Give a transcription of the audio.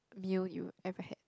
meal you've ever had